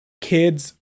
kids